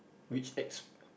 which acts